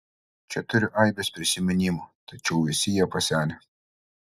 čia turiu aibes prisiminimų tačiau visi jie pasenę